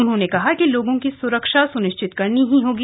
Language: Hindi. उन्होंने कहा कि लोगों की सुरक्षा सुनिश्चित करनी ही होगी